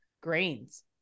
grains